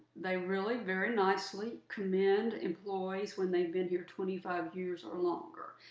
they really very nicely commend employees when they've been here twenty five years or longer.